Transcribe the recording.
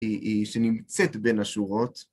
שנמצאת בין השורות.